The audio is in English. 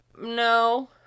No